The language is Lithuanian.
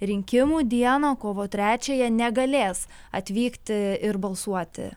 rinkimų dieną kovo trečiąją negalės atvykti ir balsuoti